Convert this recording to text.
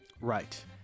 Right